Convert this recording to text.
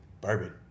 Bourbon